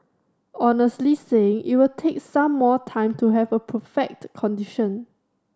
honestly saying it will take some more time to have a perfect condition